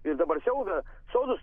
ir dabar siaubia sodus